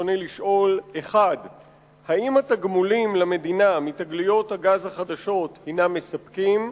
ברצוני לשאול: 1. האם התגמולים למדינה מתגליות הגז החדשות הינם מספקים?